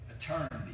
eternity